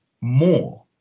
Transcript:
more